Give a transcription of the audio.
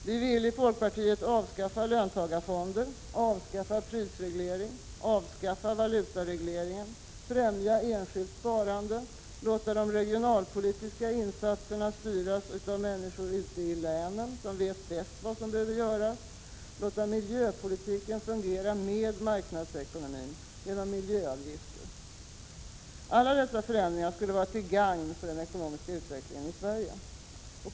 Vi vill i folkpartiet avskaffa löntagarfonderna, avskaffa prisregleringen, avskaffa valutaregleringen, främja enskilt sparande, låta de regionalpolitiska insatserna styras av människor ute i länen, som bäst vet vad som behöver göras, och låta miljöpolitiken fungera med marknadsekonomin genom miljöavgifter. Alla dessa förändringar skulle vara till gagn för den ekonomiska utvecklingen i Sverige.